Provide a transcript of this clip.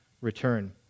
return